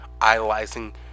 idolizing